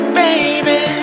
baby